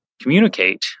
communicate